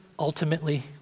ultimately